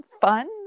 fun